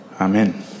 amen